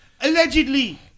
Allegedly